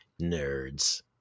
nerds